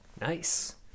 Nice